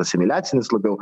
asimiliacinis labiau